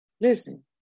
Listen